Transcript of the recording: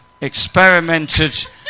experimented